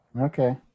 Okay